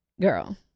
girl